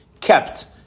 kept